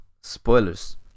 spoilers